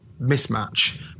mismatch